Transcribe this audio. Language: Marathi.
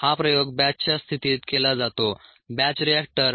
हा प्रयोग बॅचच्या स्थितीत केला जातो बॅच रिएक्टर